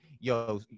yo